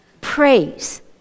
praise